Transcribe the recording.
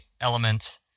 element